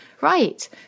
right